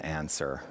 answer